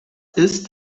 ist